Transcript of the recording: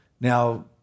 Now